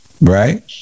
right